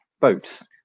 boats